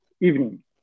evening